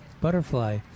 Butterfly